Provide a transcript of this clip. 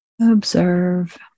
Observe